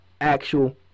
actual